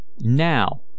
Now